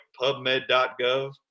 pubmed.gov